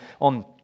on